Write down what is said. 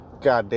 goddamn